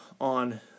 on